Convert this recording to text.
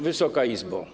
Wysoka Izbo!